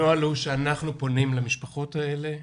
הנוהל הוא שאנחנו פונים אל המשפחות האלה.